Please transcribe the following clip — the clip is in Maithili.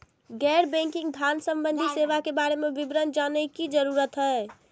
गैर बैंकिंग धान सम्बन्धी सेवा के बारे में विवरण जानय के जरुरत होय हय?